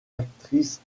actrices